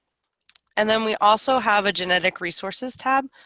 and then we also have a genetic resources tab,